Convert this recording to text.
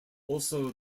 also